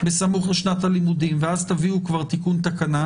"בסמוך לשנת הלימודים", ואז תביאו כבר תיקון תקנה.